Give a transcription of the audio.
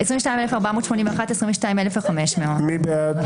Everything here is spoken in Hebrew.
22,501 עד 22,520. מי בעד?